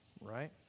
Right